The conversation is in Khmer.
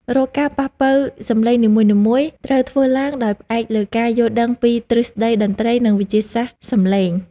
រាល់ការប៉ះប៉ូវសំឡេងនីមួយៗត្រូវធ្វើឡើងដោយផ្អែកលើការយល់ដឹងពីទ្រឹស្តីតន្ត្រី និង វិទ្យាសាស្ត្រសំឡេង។